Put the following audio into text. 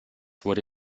wurde